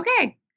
okay